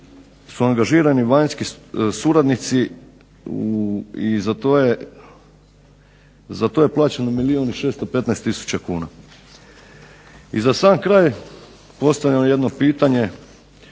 su angažirani vanjski suradnici i za to je plaćeno milijun i 615 tisuća kuna. I za sam kraj postavljam jedno pitanje.